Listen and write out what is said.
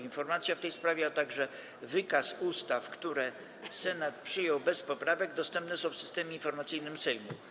Informacja w tej sprawie, a także wykaz ustaw, które Senat przyjął bez poprawek, dostępne są w Systemie Informacyjnym Sejmu.